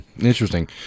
Interesting